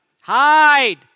hide